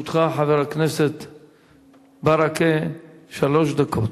לרשותך, חבר הכנסת ברכה, שלוש דקות.